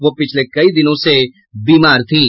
वो पिछले कई दिनों से बीमार थीं